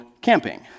camping